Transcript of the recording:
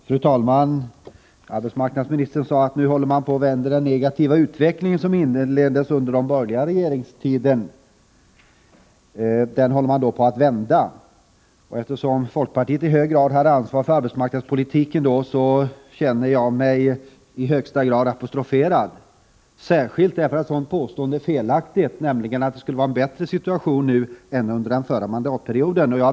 Fru talman! Arbetsmarknadsministern sade att man nu håller på att vända den negativa utveckling som inleddes under den borgerliga regeringstiden. Eftersom folkpartiet då i stor utsträckning hade ansvaret för arbetsmarknadspolitiken, känner jag mig i högsta grad apostroferad. Det är emellertid fel att påstå att situationen skulle vara bättre nu än under den förra mandatperioden.